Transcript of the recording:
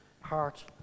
heart